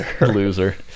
loser